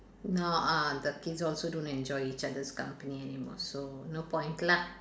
now uh the kids also don't enjoy each others' company anymore so no point lah